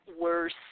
worse